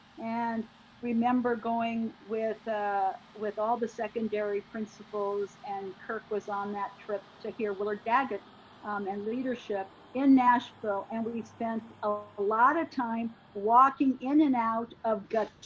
and remember going with ah with all the secondary principals and kirk was on that trip to hear willard daggett um on leadership in nashville. and we spent a lot of time walking in and out of guitar,